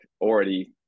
already